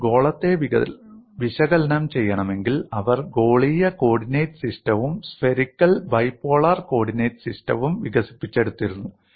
അവർ ഗോളത്തെ വിശകലനം ചെയ്യണമെങ്കിൽ അവർ ഗോളീയ കോർഡിനേറ്റ് സിസ്റ്റവും സ്ഫെറിക്കൽ ബൈപോളാർ കോർഡിനേറ്റ് സിസ്റ്റവും വികസിപ്പിച്ചെടുത്തിരുന്നു